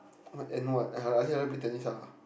and what uh I just never play tennis lah